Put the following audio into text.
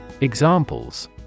Examples